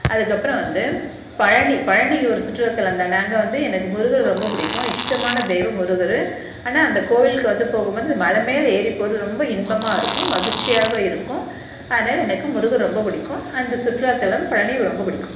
அதுக்கப்புறம் வந்து பழனி பழனி ஒரு சுற்றுலாத்தளம் தானே அங்கே வந்து எனக்கு முருகர் ரொம்ப பிடிக்கும் இஷ்டமான தெய்வம் முருகர் ஆனால் அந்த கோயிலுக்கு வந்து போகும் போது இந்த மலை மேலே ஏறி போவது ரொம்ப இன்பமாக இருக்கும் மகிழ்ச்சியாக இருக்கும் அதனால் எனக்கு முருகர் ரொம்ப பிடிக்கும் அந்த சுற்றுலாத்தளம் பழனியும் ரொம்ப பிடிக்கும்